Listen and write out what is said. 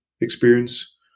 experience